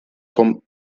vom